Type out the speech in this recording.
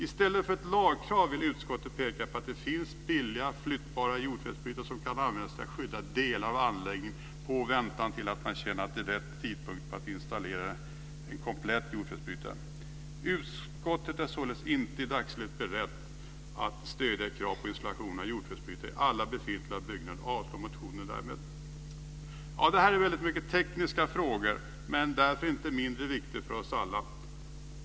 I stället för lagkrav vill utskottet peka på att det finns billiga flyttbara jordfelsbrytare som kan användas för att skydda delar av anläggningen i väntan på att den rätta tidpunkten för att installera en komplett jordfelsbrytare. Utskottet är således inte i dagsläget berett att stödja ett krav på installation av jordfelsbrytare i alla befintliga byggnader och avstyrker därmed motionen. Ja, det här var mycket tekniska frågor, men därför inte mindre viktiga för oss alla.